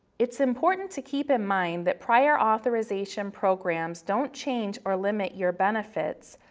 it's important to keep in mind that prior authorization programs don't change or limit your benefits,